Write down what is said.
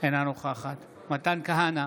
נוכחת מתן כהנא,